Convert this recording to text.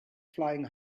flying